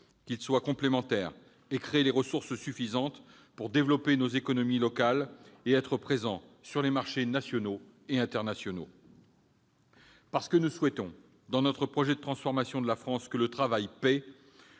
qu'ils soient complémentaires et créent les ressources suffisantes, pour développer nos économies locales et nous permettre d'être présents sur les marchés nationaux et internationaux. Parce que nous souhaitons, dans notre projet de transformation de la France, que le travail paie,